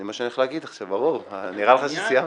ברור, נראה לך שסיימתי,